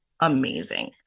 amazing